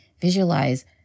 visualize